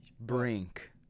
Brink